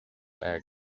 egg